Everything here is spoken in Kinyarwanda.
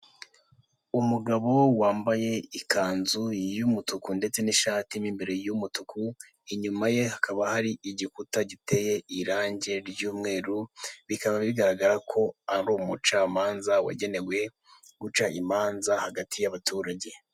Umugabo wambaye ikanzu y'umutuku ndetse n'ishati mo imbere y'umutuku, inyuma ye hakaba hari igikuta giteye irange ry'umweru bikaba bigaragara ko ari umucamanza wagenewe guca imanza hagati y'abaturage.